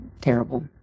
terrible